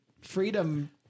freedom